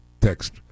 Text